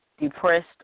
depressed